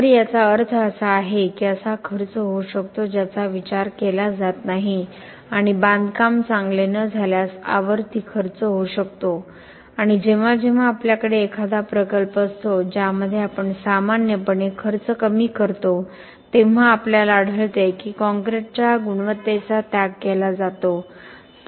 तर याचा अर्थ असा आहे की असा खर्च होऊ शकतो ज्याचा विचार केला जात नाही आणि बांधकाम चांगले न झाल्यास आवर्ती खर्च होऊ शकतो आणि जेव्हा जेव्हा आपल्याकडे एखादा प्रकल्प असतो ज्यामध्ये आपण सामान्यपणे खर्च कमी करतो तेव्हा आपल्याला आढळते की कॉंक्रिटच्या गुणवत्तेचा त्याग केला जातो